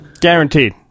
Guaranteed